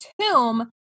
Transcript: tomb